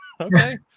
Okay